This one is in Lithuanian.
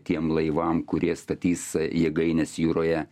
tiem laivam kurie statys jėgaines jūroje